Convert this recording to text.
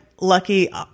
lucky